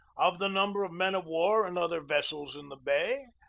of the number of men-of-war and other vessels in the bay,